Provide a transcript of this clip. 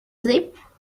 sleep